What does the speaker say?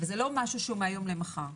וזה לא משהו מהיום למחר.